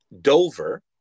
Dover